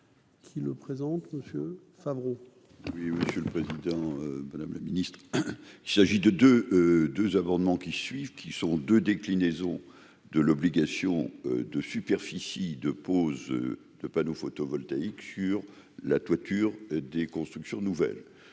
Qui le présente monsieur Favreau. Oui, monsieur le Président, Madame la Ministre, s'agit de de deux amendements qui suivent, qui sont de déclinaisons de l'obligation de superficie de pose de panneaux photovoltaïques sur la toiture des constructions nouvelles,